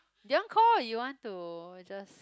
do you want call or you want to just